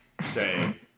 say